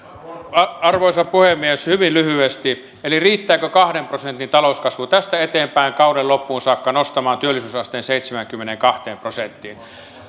arvoisa puhemies hyvin lyhyesti riittääkö kahden prosentin talouskasvu tästä eteenpäin kauden loppuun saakka nostamaan työllisyysasteen seitsemäänkymmeneenkahteen prosenttiin